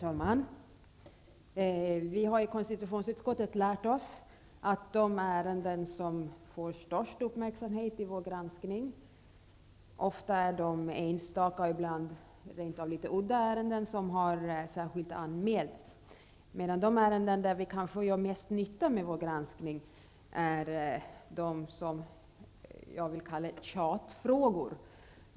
Herr talman!I konstitutionsutskottet har vi lärt oss att de ärenden i vår granskning som får störst uppmärksamhet ofta är de enstaka, ibland rent av udda, ärenden som har särskilt anmälts, medan de ärenden där vi kanske gör mest nytta är de s.k. tjatfrågorna.